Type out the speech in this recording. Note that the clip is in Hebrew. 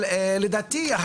לדעתי,